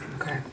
Okay